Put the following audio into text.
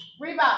Reba